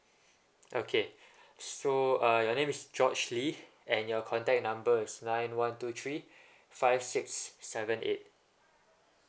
okay so uh your name is george lee and your contact number is nine one two three five six seven eight